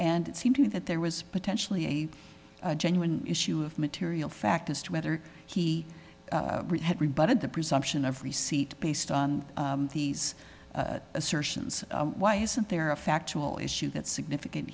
and it seemed to me that there was potentially a genuine issue of material fact as to whether he had rebutted the presumption of receipt based on these assertions why isn't there a factual issue that's significant